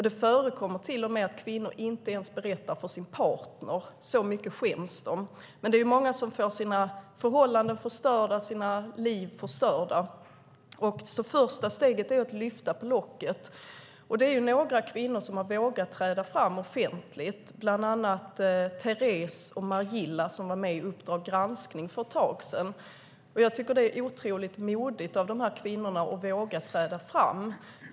Det förekommer till och med att kvinnor inte ens berättar för sin partner, så mycket skäms de. Det är många som får sina förhållanden förstörda, sina liv förstörda. Första steget är att lyfta på locket. Det är några kvinnor som har vågat träda fram offentligt, bland annat Therese och Mardjillah som var med i Uppdrag granskning för ett tag sedan. Jag tycker att det är otroligt modigt av de här kvinnorna att våga träda fram.